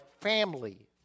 family